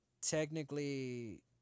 technically